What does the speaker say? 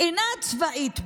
אינה צבאית באמת.